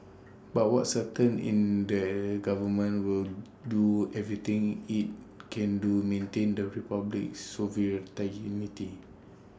but what's certain in that government will do everything IT can to maintain the republic's